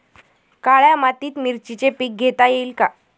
काळ्या मातीत मिरचीचे पीक घेता येईल का?